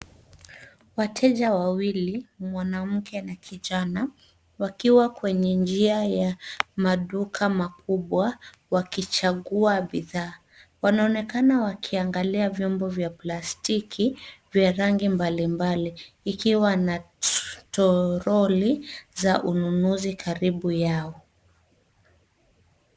Wateja wawili, mwanamke na kijana wakiwa kwenye njia ya maduka makubwa wakichagua bidhaa. Wanaonekana wakiangalia vyombo vya plastiki vya rangi mbalimbali ikiwa na troli za ununuzi karibu yao.